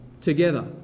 together